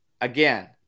Again